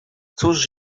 cóż